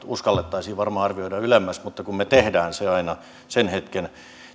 uskallettaisiin varmaan arvioida ylemmäs mutta kun me teemme sen aina sen hetken